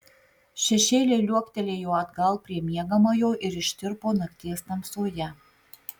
šešėliai liuoktelėjo atgal prie miegamojo ir ištirpo nakties tamsoje